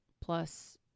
plus